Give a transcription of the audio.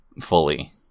fully